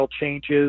changes